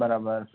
બરાબર